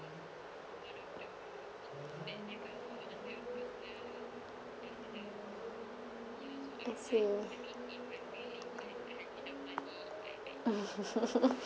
I see